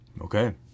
okay